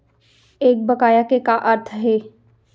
एक बकाया के का अर्थ हे?